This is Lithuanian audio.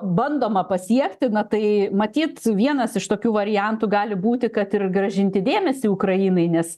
bandoma pasiekti na tai matyt vienas iš tokių variantų gali būti kad ir grąžinti dėmesį ukrainai nes